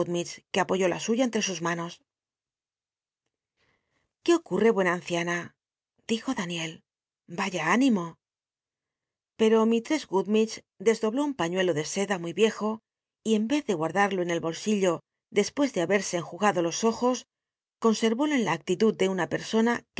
ue apoyó la suya entre sus ma nos biblioteca nacional de españa da vi o copperfield qué ocurre buena ancianrt dijo daniel yaya ánimo pero mistress gummhlge desdobló un paiíuelo de seda muy riejo y en e de guadarlo en el bolsillo des pues de haberse enjugado los ojos conserólo en la actitud de una petsona